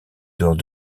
dehors